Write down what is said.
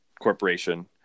Corporation